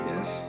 Yes